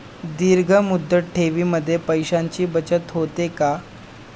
दीर्घ मुदत ठेवीमध्ये पैशांची बचत होते का?